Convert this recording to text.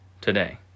today